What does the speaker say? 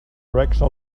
direction